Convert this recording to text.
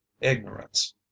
Ignorance